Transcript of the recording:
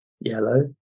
yellow